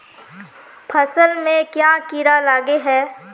फसल में क्याँ कीड़ा लागे है?